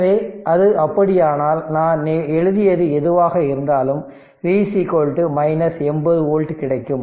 எனவே அது அப்படியானால் நான் எழுதியது எதுவாக இருந்தாலும் V 80 வோல்ட் கிடைக்கும்